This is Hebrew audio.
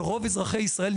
ורוב אזרחי ישראל,